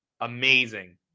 amazing